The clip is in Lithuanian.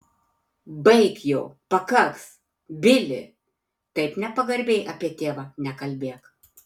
baik jau pakaks bili taip nepagarbiai apie tėvą nekalbėk